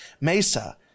Mesa